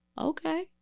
okay